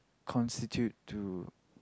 constitute to